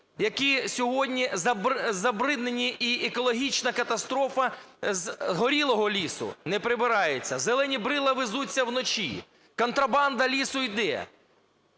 які сьогодні забруднені і екологічна катастрофа: з горілого лісу не прибирається. Зелені брила везуться вночі. Контрабанда лісу йде.